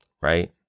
right